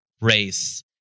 race